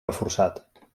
reforçat